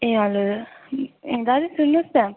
ए hello ए दाजु सुन्नुहोस् न